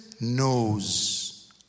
knows